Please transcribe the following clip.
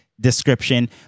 description